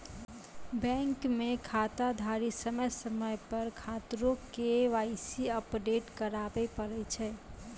bank मे खाताधारी समय समय पर खाता रो के.वाई.सी अपडेट कराबै पड़ै छै